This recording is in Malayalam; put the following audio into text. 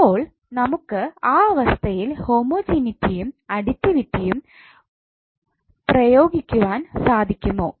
അപ്പോൾ നമുക്ക് ആ അവസ്ഥയിൽ ഹോമജനീറ്റിയും അടിറ്റിവിറ്റിയും പ്രയോഗിക്കുവാൻ സാധിക്കുമോ